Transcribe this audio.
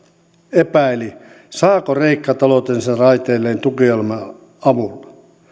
epäili saako kreikka taloutensa raiteilleen tukiohjelman avulla